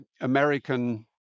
American